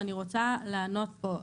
ואני רוצה לענות פה,